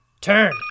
turn